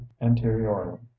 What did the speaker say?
anteriorly